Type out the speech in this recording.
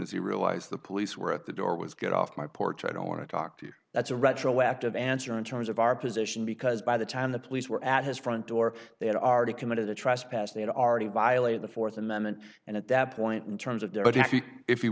as he realized the police were at the door was get off my porch i don't want to talk to you that's a retroactive answer in terms of our position because by the time the police were at his front door they had already committed a trust past they had already violated the fourth amendment and at that point in terms of dirt if you